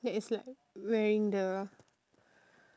that is like wearing the